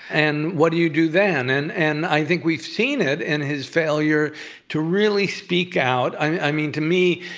and what do you do then? and and i think we've seen it in his failure to really speak out. i mean, to me,